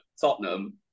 Tottenham